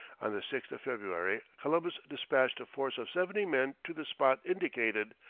on the sixth of february, columbus despatched a force of seventy men to the spot indicated,